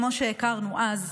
כמו שהכרנו אז,